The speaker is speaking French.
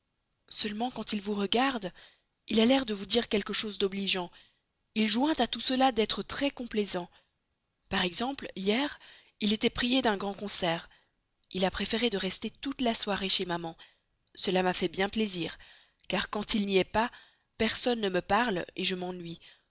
seulement quand il vous regarde il a l'air de vous dire quelque chose d'obligeant il joint à tout cela d'être très complaisant par exemple hier il était prié d'un grand concert il a préféré de rester toute la soirée chez maman cela m'a bien fait plaisir car quand il n'y est pas personne ne me parle je m'ennuie